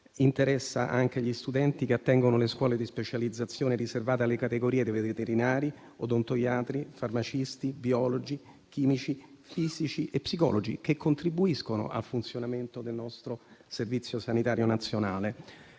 interessa anche gli studenti che attengono le scuole di specializzazione riservate alle categorie di veterinari, odontoiatri, farmacisti, biologi, chimici, fisici e psicologi, che contribuiscono al funzionamento del nostro Servizio sanitario nazionale,